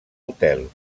hotel